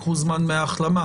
לקחו זמן מההחלמה,